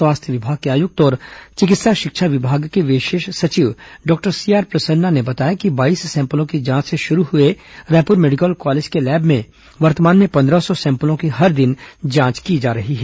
स्वास्थ्य विभाग के आयुक्त और चिकित्सा शिक्षा विभाग के विशेष सचिव डॉक्टर सीआर प्रसन्ना ने बताया कि बाईस सैंपलों की जांच से शुरू हुए रायपुर मेडिकल कॉलेज के लैब में वर्तमान में पंद्रह सौ सैंपलों की हर दिन जांच की जा रही है